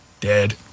Dead